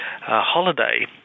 holiday